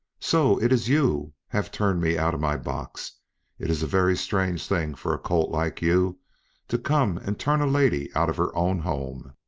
so it is you have turned me out of my box it is a very strange thing for a colt like you to come and turn a lady out of her own home.